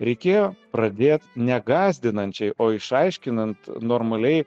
reikėjo pradėt ne gąsdinančiai o išaiškinant normaliai